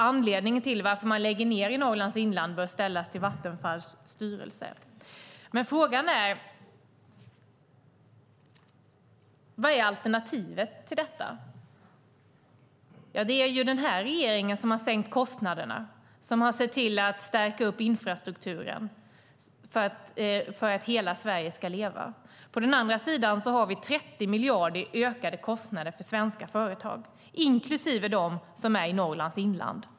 Frågan varför man lägger ned i Norrlands inland bör ställas till Vattenfalls styrelse. Frågan är dock vad som är alternativet till detta. Det är ju den här regeringen som har sänkt kostnaderna och sett till att stärka infrastrukturen för att hela Sverige ska leva. På andra sidan har vi 30 miljarder i ökade kostnader för svenska företag, inklusive de i Norrlands inland.